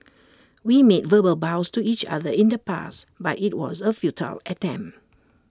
we made verbal vows to each other in the past but IT was A futile attempt